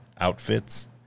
outfits